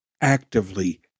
actively